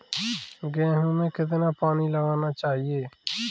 गेहूँ में कितना पानी लगाना चाहिए?